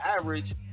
average